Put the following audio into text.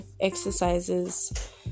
exercises